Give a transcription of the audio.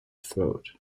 throat